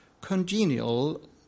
congenial